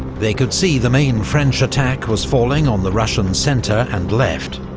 they could see the main french attack was falling on the russian centre and left,